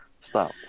Stop